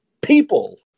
people